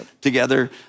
together